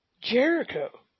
Jericho